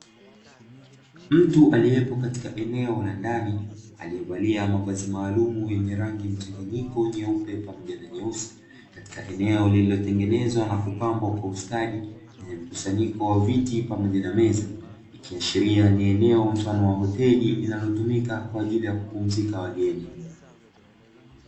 Mtu aliyepo katika eneo la ndani, aliyevalia mavazi maalumu yenye rangi mchanganyiko nyeupe pamoja na nyeusi katika eneo lililotengenezwa na kupambwa kwa ustadi, lenye mkusanyiko wa viti pamoja na meza, ikiashiria ni eneo mfano wa hoteli linalotumika kwa ajili ya kupumzika wageni.